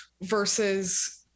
versus